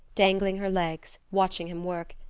dangling her legs, watching him work,